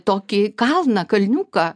tokį kalną kalniuką